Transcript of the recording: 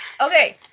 Okay